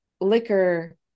liquor